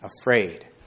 afraid